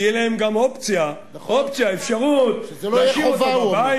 תהיה להם גם אפשרות להשאיר אותו בבית,